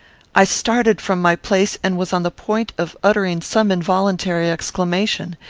i started from my place and was on the point of uttering some involuntary exclamation.